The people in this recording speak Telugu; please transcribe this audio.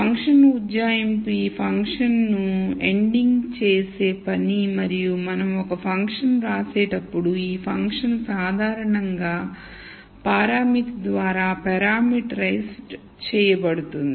ఫంక్షన్ ఉజ్జాయింపు ఈ ఫంక్షన్లను ఎన్డింగ్ చేసే పని మరియు మనం ఒక ఫంక్షన్ వ్రాసేటప్పుడు ఈ ఫంక్షన్ సాధారణంగా పారామితి ద్వారా పారామీటర్ చేయబడుతుంది